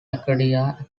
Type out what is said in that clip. acadia